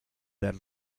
del